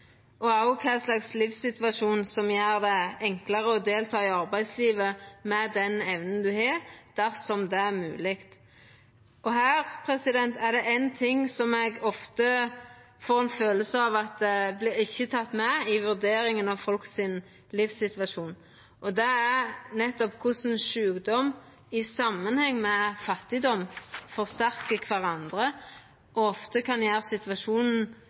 og kva livssituasjon som gjer det enklare å delta i arbeidslivet med den evna ein har – dersom det er mogleg. Og her er det éin ting som eg ofte får ein følelse av at ikkje vert teken med i vurderinga av livssituasjonen til folk, og det er nettopp korleis sjukdom i samanheng med fattigdom forsterkar kvarandre og ofte kan gjera situasjonen